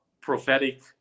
prophetic